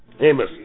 Amos